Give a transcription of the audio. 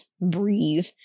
breathe